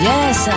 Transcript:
Yes